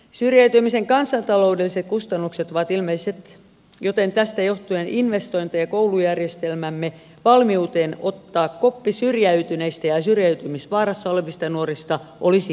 syrjäytymisen kansantaloudelliset kustannukset ovat ilmeiset joten tästä johtuen investointi koulujärjestelmämme valmiuteen ottaa koppi syrjäytyneistä ja syrjäytymisvaarassa olevista nuorista olisi järkevää